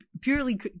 purely